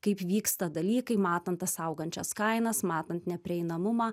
kaip vyksta dalykai matant tas augančias kainas matant neprieinamumą